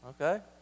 Okay